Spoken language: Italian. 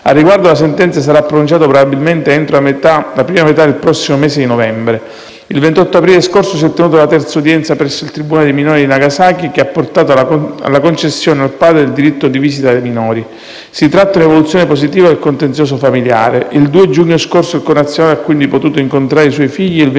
Al riguardo, la sentenza sarà pronunciata probabilmente entro la prima metà del prossimo mese di novembre. Il 28 aprile scorso si è tenuta la terza udienza presso il tribunale dei minori di Nagasaki che ha portato alla concessione al padre del diritto di visita ai minori. Si tratta di un'evoluzione positiva del contenzioso familiare; il 2 giugno scorso il connazionale ha quindi potuto incontrare i suoi figli e il 29